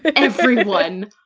and everyone.